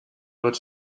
wird